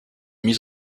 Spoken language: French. mise